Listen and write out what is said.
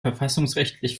verfassungsrechtlich